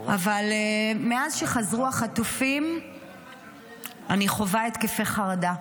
אבל מאז שחזרו החטופים אני חווה התקפי חרדה.